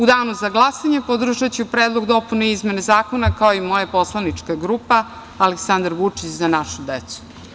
U danu za glasanje podržaću Predlog dopune i izmene zakona, kao i moja Poslanička grupa Aleksandar Vučić – Za našu decu.